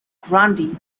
grundy